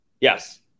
Yes